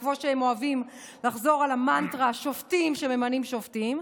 או כמו שהם אוהבים לחזור על המנטרה: שופטים שממנים שופטים,